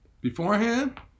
beforehand